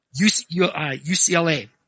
UCLA